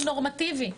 הנורמטיבי.